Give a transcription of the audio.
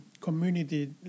community